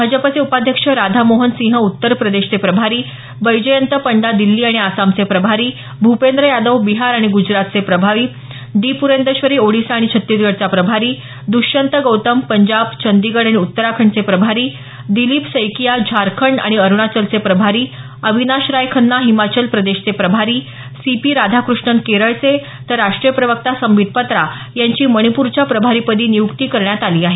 भाजपचे उपाध्यक्ष राधामोहन सिंह उत्तर प्रदेशचे प्रभारी बैजयंत पंडा दिल्ली आणि आसामचे प्रभारी भूपेंद्र यादव बिहार आणि ग्जरातचे प्रभारी डी पुंदेश्वरी ओडीशा आणि छत्तीसढच्या प्रभारी दृष्यंत गौतम पंजाब चंदीगढ आणि उत्तराखंडचे प्रभारी दिलीप सैकीया झारखंड आणि अरुणाचलचे प्रभारी अविनाश राय खन्ना हिमाचल प्रदेशचे प्रभारी सी पी राधाकृष्णन केरळचे तर राष्टीय प्रवक्ता संबित पात्रा यांची मणिप्रच्या प्रभारीपदी नियुक्ती करण्यात आली आहे